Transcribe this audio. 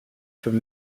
from